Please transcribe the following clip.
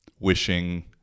Wishing